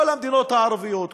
כל המדינות הערביות,